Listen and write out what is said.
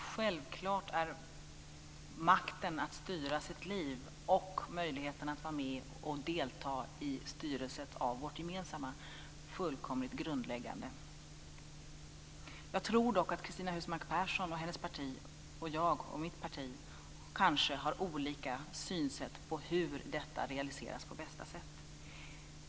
Herr talman! Självklart är makten att styra sitt liv och möjligheten att vara med och delta i styrelsen av vårt gemensamma fullkomligt grundläggande. Jag tror dock att Cristina Husmark Pehrsson och hennes parti och jag och mitt parti kanske har olika syn på hur detta realiseras på bästa sätt.